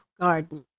garden